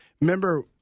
remember